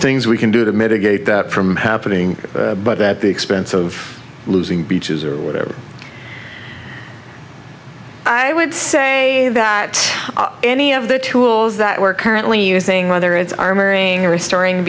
things we can do to mitigate that from happening but at the expense of losing beaches or whatever i would say that any of the tools that we're currently using whether it's armoring restoring